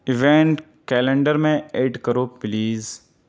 event calendar میں add کرو please